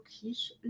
Quiche